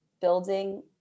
building